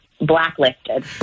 blacklisted